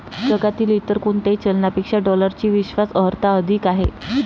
जगातील इतर कोणत्याही चलनापेक्षा डॉलरची विश्वास अर्हता अधिक आहे